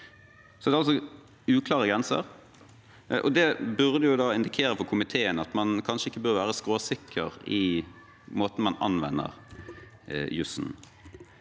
Det er altså uklare grenser, og det burde jo da indikere for komiteen at man kanskje ikke bør være skråsikker i måten man anvender jussen